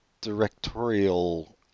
directorial